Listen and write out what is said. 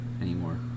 anymore